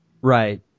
Right